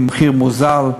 במחיר מוזל?